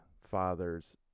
father's